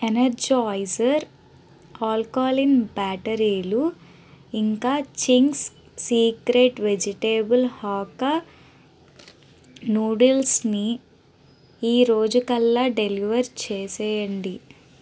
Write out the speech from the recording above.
Energizer alkaline బ్యాటరీలు ఇంకా Ching's secret vegetable hakka నూడిల్స్ని ఈరోజుకల్లా డెలివర్ చేసేయండి